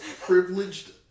privileged